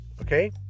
Okay